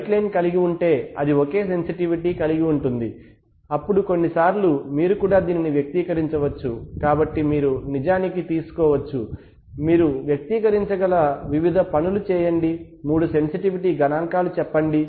straight line కలిగి ఉంటే అది ఒకే సెన్సిటివిటీ కలిగి ఉంటుంది అప్పుడు కొన్నిసార్లు మీరు కూడా దీనిని వ్యక్తీకరించవచ్చు కాబట్టి మీరు నిజానికి తీసుకోవచ్చు మీరు వ్యక్తీకరించగల వివిధ పనులు చేయండి మూడు సెన్సిటివిటీ గణాంకాలు చెప్పండి